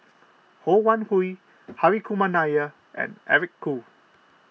Ho Wan Hui Hri Kumar Nair and Eric Khoo